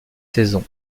saisons